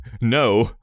no